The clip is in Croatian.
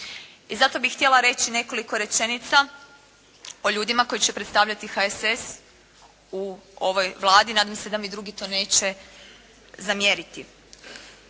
I zato bih htjela reći nekoliko rečenica o ljudima koji će predstavljati HSS u ovoj Vladi. Nadam se da mi to drugi neće zamjeriti.